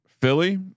Philly